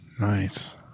Nice